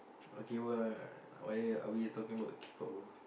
okay why why are we talking about K-pop bro